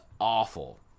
awful